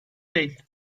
değil